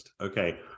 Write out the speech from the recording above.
Okay